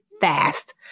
fast